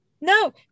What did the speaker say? No